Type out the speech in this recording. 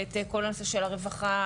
כל הנושא של הרווחה,